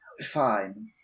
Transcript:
Fine